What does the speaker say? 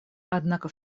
однако